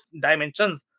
dimensions